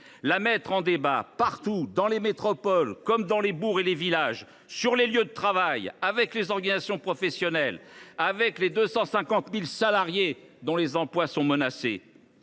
la mettre en débat partout, dans les métropoles comme dans les bourgs et les villages, sur les lieux de travail, avec les organisations professionnelles et avec les 250 000 salariés dont les emplois sont menacés.